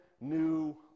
new